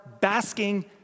basking